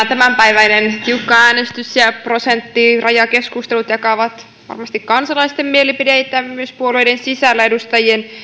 tämänpäiväinen tiukka äänestys ja ja prosenttirajakeskustelut jakavat varmasti kansalaisten mielipiteitä myös puolueiden sisällä edustajien